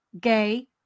gay